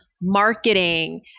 marketing